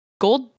Gold